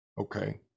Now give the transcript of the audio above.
okay